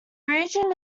region